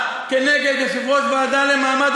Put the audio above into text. אני בתורה מבין לא פחות ממך.